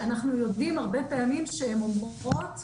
ואנחנו יודעים הרבה פעמים שהן אומרות: